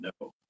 no